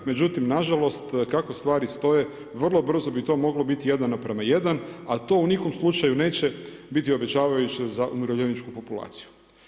Međutim, na žalost kako stvari stoje vrlo brzo bi to moglo biti 1:1, a to u nikom slučaju neće biti obećavajuće za umirovljeničku populaciju.